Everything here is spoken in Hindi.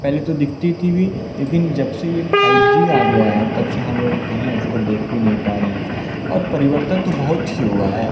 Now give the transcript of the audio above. पहले तो दिखती थी भी लेकिन जबसे यह फाइव जी आ गया है तब से हम लोग कहीं उसको देख भी नहीं पा रहे हैं और परिवर्तन तो बहुत ही हुआ ऐ